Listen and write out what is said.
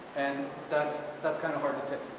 and that's that's kind of hard to take.